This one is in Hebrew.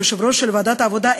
יושב-ראש ועדת העבודה,